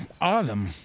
Autumn